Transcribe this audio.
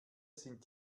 sind